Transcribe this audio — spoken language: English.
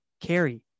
carry